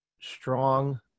strong